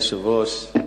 אדוני היושב-ראש,